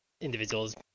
individuals